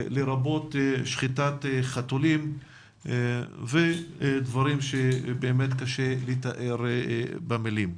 לרבות שחיטת חתולים ודברים שקשה לתאר במלים.